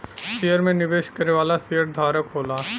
share में निवेश करे वाला शेयरधारक होला